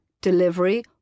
delivery